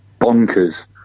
Bonkers